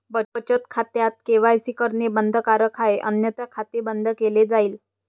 बचत खात्यात के.वाय.सी करणे बंधनकारक आहे अन्यथा खाते बंद केले जाईल